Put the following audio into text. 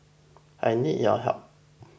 I need your help